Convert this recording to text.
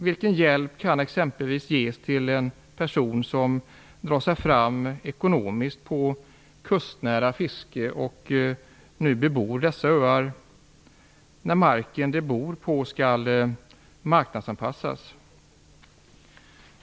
Vilken hjälp kan exempelvis ges till personer som drar sig fram ekonomiskt på kustnära fiske och nu bebor dessa öar, när marken de bor på skall marknadsanpassas?